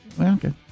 Okay